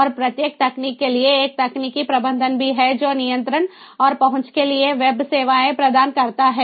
और प्रत्येक तकनीक के लिए एक तकनीकी प्रबंधक भी है जो नियंत्रण और पहुंच के लिए वेब सेवाएं प्रदान करता है